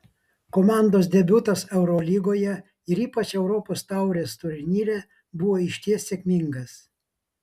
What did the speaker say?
komandos debiutas eurolygoje ir ypač europos taurės turnyre buvo išties sėkmingas